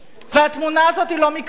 והתמונה הזאת היא לא מקרית.